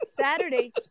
Saturday